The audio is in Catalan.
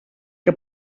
que